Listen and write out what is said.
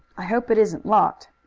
i hope it isn't locked.